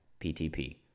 ptp